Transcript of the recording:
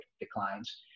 declines